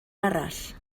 arall